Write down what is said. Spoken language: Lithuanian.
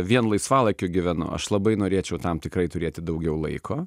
vien laisvalaikiu gyvenu aš labai norėčiau tam tikrai turėti daugiau laiko